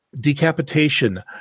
decapitation